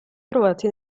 trovati